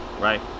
right